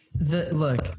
Look